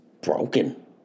broken